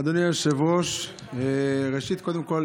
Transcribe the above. אדוני היושב-ראש, קודם כול